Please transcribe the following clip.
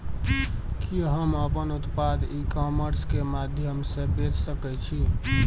कि हम अपन उत्पाद ई कॉमर्स के माध्यम से बेच सकै छी?